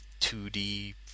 2D